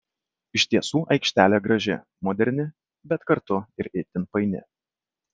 iš tiesų aikštelė graži moderni bet kartu ir itin paini